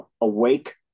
awake